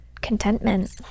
contentment